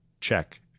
check